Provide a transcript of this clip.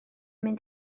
mynd